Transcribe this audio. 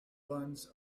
buns